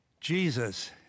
Jesus